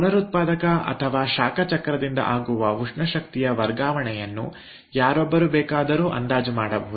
ಪುನರುತ್ಪಾದಕ ಅಥವಾ ಶಾಖ ಚಕ್ರದಿಂದ ಆಗುವ ಉಷ್ಣ ಶಕ್ತಿಯ ವರ್ಗಾವಣೆಯನ್ನು ಯಾರೊಬ್ಬರೂ ಬೇಕಾದರೂ ಅಂದಾಜು ಮಾಡಬಹುದು